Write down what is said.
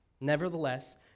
Nevertheless